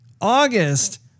August